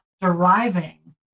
deriving